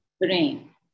brain